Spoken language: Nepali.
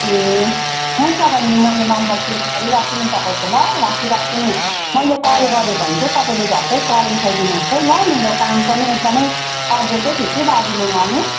ए हुन्छ बहिनी म यो नम्बर सेभ गरिराख्छु नि तपाईँको ल राखिराख्छु नि मैले कल गरेँ भने चाहिँ तपाईँले झट्टै कल उठाइदिनुहोस् है ल मेरो काम पनि एकदमै अर्जेन्ट नै थियो कि दार्जिलिङ आउने